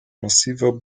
massiver